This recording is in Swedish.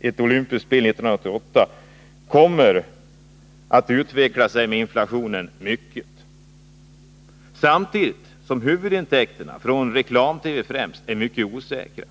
ett olympiskt spel år 1988 kommer att kraftigt utveckla sig med inflationen. Samtidigt är huvudintäkterna, framför allt från reklamtelevisionen, mycket osäkra.